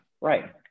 right